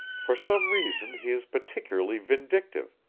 for some reason, he is particularly vindictive,